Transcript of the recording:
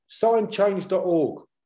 signchange.org